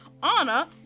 Anna